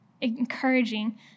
encouraging